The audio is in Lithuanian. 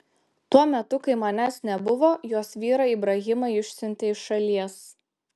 tuo metu kai manęs nebuvo jos vyrą ibrahimą išsiuntė iš šalies